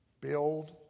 Build